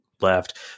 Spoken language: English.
left